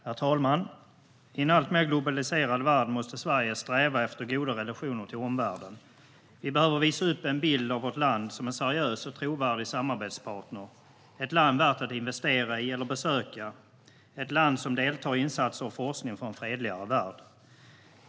Herr talman! I en alltmer globaliserad värld måste Sverige sträva efter goda relationer till omvärlden. Vi behöver visa upp en bild av vårt land som en seriös och trovärdig samarbetspartner, ett land värt att investera i eller besöka och ett land som deltar i insatser och forskning för en fredligare värld.